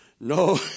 no